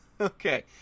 Okay